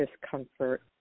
discomfort